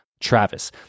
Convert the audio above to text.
Travis